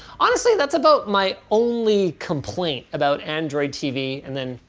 honestly, that's about my only complaint about android tv and then,